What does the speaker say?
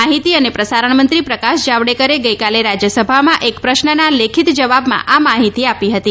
માહિતી અને પ્રસારણ મંત્રી પ્રકાશ જાવડેકરે ગઇકાલે રાજ્યસભામાં એક પ્રશ્નના લેખિત જવાબમાં આ માહિતી આપી હતી